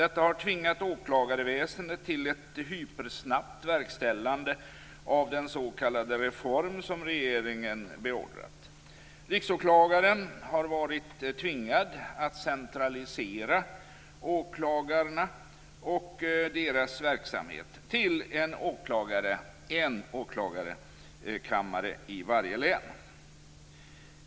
Detta har tvingat åklagarväsendet till ett hypersnabbt verkställande av den s.k. reform som regeringen har beordrat. Riksåklagaren har varit tvingad att centralisera åklagarna och deras verksamhet till en åklagarkammare i varje län.